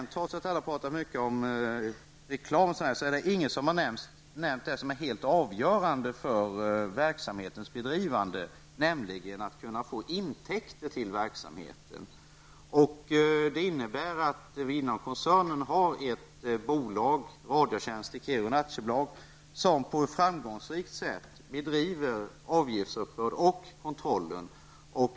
Trots att alla har talat mycket om reklam är det ingen som nämnt det som är helt avgörande för verksamhetens bedrivande nämligen att kunna få intäkter till verksamheten. Det innebär att vi inom koncernen har ett bolag, Radiotjänst i Kiruna AB, som på ett framgångsrikt sätt sköter avgiftsuppbörd och kontroll.